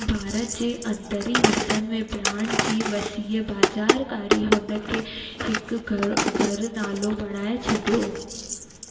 भारत जे अंदरीं हिस्सनि में ब्रांड जी वसीअ बाज़ारकारी हुनखे हिकु घर घर नालो बणाइ छडि॒यो